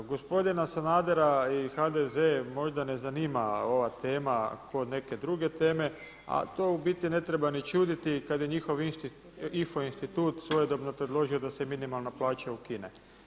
Gospodina Sanadera i HDZ možda ne zanima ova tema kao neke druge teme, a to u biti ne treba ni čuditi kad je njihov IFO institut svojedobno predložio da se minimalna plaća ukine.